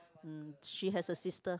mm she has a sister